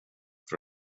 för